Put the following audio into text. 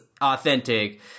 authentic